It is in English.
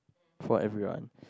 for everyone